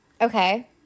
Okay